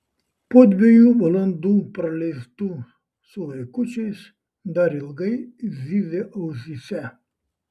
po dviejų valandų praleistų su vaikučiais dar ilgai zyzė ausyse